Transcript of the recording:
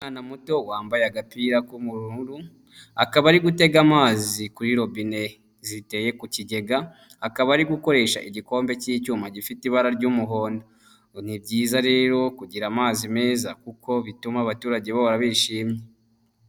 Umwana muto wambaye agapira k'ubururu, akaba ari gutega amazi kuri robine ziteye ku kigega, akaba ari gukoresha igikombe cy'icyuma gifite ibara ry'umuhondo, ni byiza rero kugira amazi meza kuko bituma abaturage bahora bishimye.